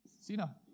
Sina